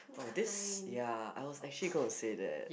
oh this ya I was actually gonna say that